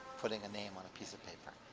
putting a name on a peace of paper.